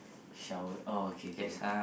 showered oh okay okay